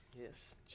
Yes